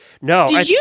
No